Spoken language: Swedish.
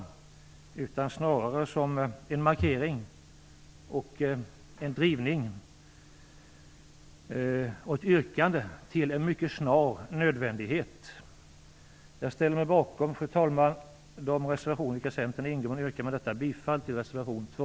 Det är snarare en markering, en drivning och ett yrkande till något som mycket snart blir nödvändigt. Fru talman! Jag ställer mig bakom de reservationer i vilka Centern har deltagit, och yrkar med detta bifall till reservation 2.